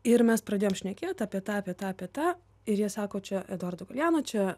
ir mes pradėjom šnekėt apie tą apie tą apie tą ir jie sako čia eduardo galeano čia